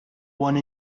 one